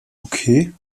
okay